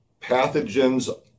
pathogens